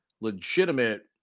legitimate